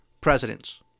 presidents